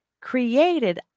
created